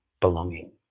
belonging